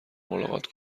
ملاقات